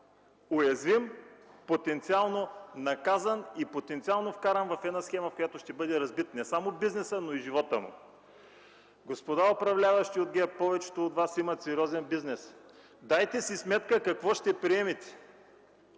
уязвим, потенциално наказан и потенциално вкаран в една схема, в която ще бъде разбит не само бизнесът, но и животът му. Господа управляващи от ГЕРБ, повечето от вас имат сериозен бизнес. Дайте си сметка какво ще приемете,